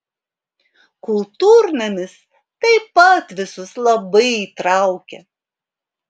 kultūrnamis taip pat visus labai traukė